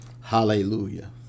hallelujah